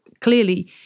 clearly